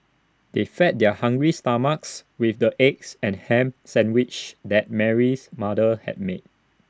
they fed their hungry stomachs with the eggs and Ham Sandwiches that Mary's mother had made